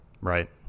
Right